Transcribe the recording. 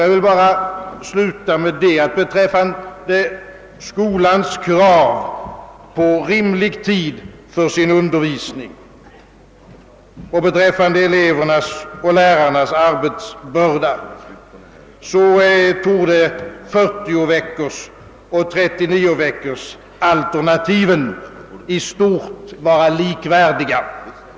Jag vill sluta med att säga, att vad gäller skolans krav på rimlig tid för sin undervisning och vad gäller elevernas och lärarnas arbetsbörda, så torde 40-veckorsoch 39-veckorsalternativen i stort vara likvärdiga.